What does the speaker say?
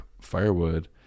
firewood